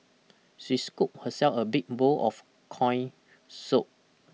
she scooped herself a big bowl of coin soup